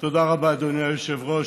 תודה רבה, אדוני היושב-ראש.